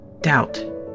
Doubt